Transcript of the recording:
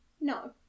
No